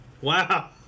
Wow